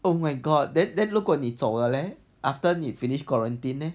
oh my god then then 如果你走了 leh after you finish quarantine leh